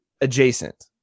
adjacent